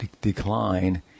decline